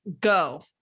go